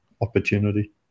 opportunity